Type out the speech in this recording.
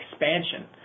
expansion